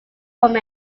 from